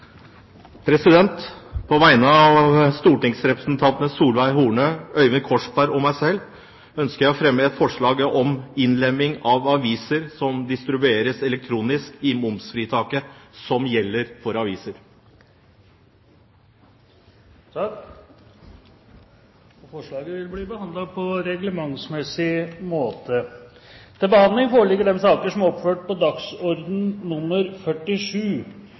På vegne av stortingsrepresentantene Solveig Horne, Øyvind Korsberg og meg selv ønsker jeg å fremme et forslag om innlemming av aviser som distribueres elektronisk, i momsfritaket som gjelder for aviser. Forslaget vil bli behandlet på reglementsmessig måte.